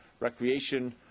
Recreation